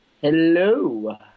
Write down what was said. Hello